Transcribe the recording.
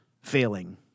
failing